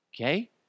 Okay